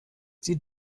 sie